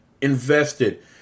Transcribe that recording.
invested